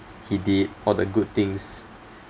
he did all the good things